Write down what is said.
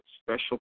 special